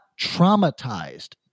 traumatized